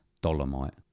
Dolomite